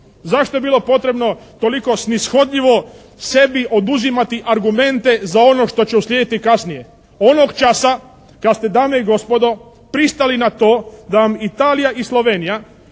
Zašto je bilo potrebno toliko snishodljivo sebi oduzimati argumente za ono što će uslijediti kasnije? Onog časa kad ste dame i gospodo pristali na to da vam Italija i Slovenija